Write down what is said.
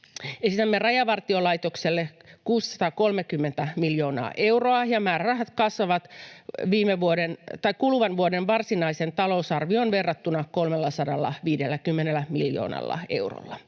Esitämme Rajavartiolaitokselle 630 miljoonaa euroa, ja määrärahat kasvavat kuluvan vuoden varsinaiseen talousarvioon verrattuna 350 miljoonalla eurolla.